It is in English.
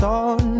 on